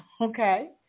okay